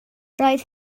roedd